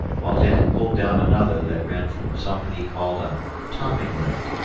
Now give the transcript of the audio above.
while dan pulled down another that ran from something he called a topping-lift,